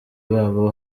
babo